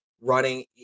running